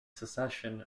succession